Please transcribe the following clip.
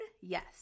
yes